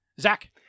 Zach